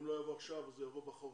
אם לא יבוא עכשיו אז הוא יבוא בחורף,